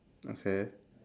okay